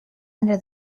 under